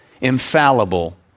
infallible